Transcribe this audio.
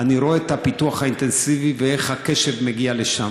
אני רואה את הפיתוח האינטנסיבי ואיך הקשב מגיע לשם,